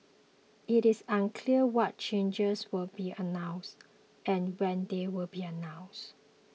it is unclear what changes will be announced and when they will be announced